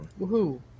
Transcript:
Woohoo